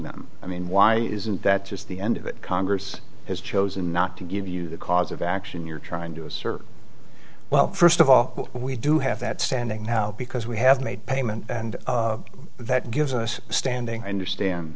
them i mean why isn't that just the end of it congress has chosen not to give you the cause of action you're trying to assert well first of all we do have that standing now because we have made payment and that gives us standing under stand